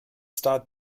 star